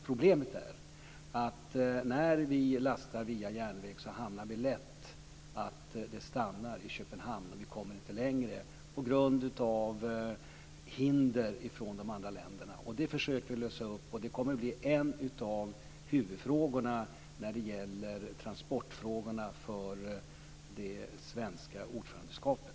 Problemet är att när vi lastar via järnväg så hamnar vi lätt i att det stannar i Köpenhamn och så kommer vi inte längre på grund av hinder från de andra länderna. Det försöker vi lösa, och det kommer att bli en av huvudpunkterna när det gäller transportfrågorna för det svenska ordförandeskapet.